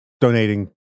donating